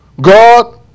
God